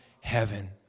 heaven